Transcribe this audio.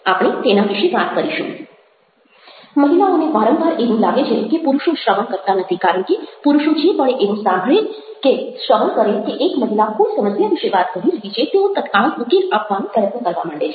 આપણે તેના વિશે વાત કરીશું મહિલાઓને વારંવાર એવું લાગે છે કે પુરુષો શ્રવણ કરતા નથી કારણ કે પુરુષો જે પળે એવું સાંભળે કે શ્રવણ કરે કે એક મહિલા કોઈ સમસ્યા વિશે વાત કરી રહી છે તેઓ તત્કાલ ઉકેલ આપવાનો પ્રયત્ન કરવા માંડે છે